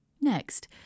Next